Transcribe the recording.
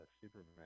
Superman